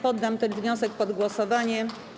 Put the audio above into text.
Poddam ten wniosek pod głosowanie.